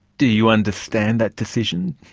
do you understand that decision?